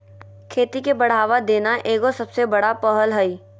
खेती के बढ़ावा देना एगो सबसे बड़ा पहल हइ